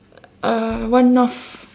uh one north